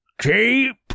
Keep